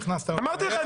נכנסת --- אמרתי לך,